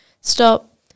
stop